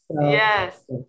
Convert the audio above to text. yes